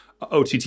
OTT